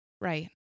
Right